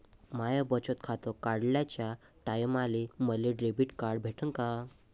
माय बचत खातं काढाच्या टायमाले मले डेबिट कार्ड भेटन का?